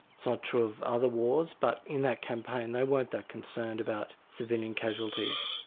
so true of other wars, but in that campaign, they weren't that concerned about civilian casualties.